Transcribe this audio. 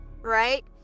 right